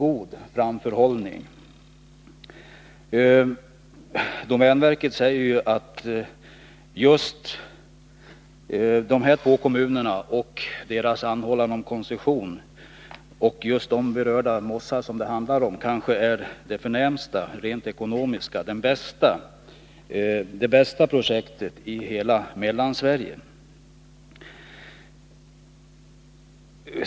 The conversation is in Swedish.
Och domänverket säger att projektet på just de mossar som berörs av dessa två kommuners anhållan om koncession är det förnämsta och rent ekonomiskt bästa projektet i hela Mellansverige.